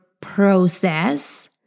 process